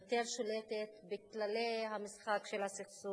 יותר שולטת בכללי המשחק של הסכסוך,